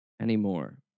anymore